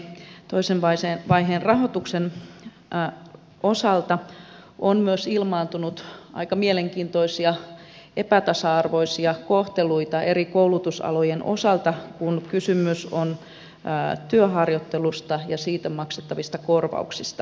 toisen vaiheen rahoituksen osalta on myös ilmaantunut aika mielenkiintoisia epätasa arvoisia kohteluita eri koulutusalojen osalta kun kysymys on työharjoittelusta ja siitä maksettavista korvauksista